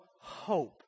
hope